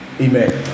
Amen